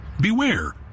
Beware